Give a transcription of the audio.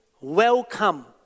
welcome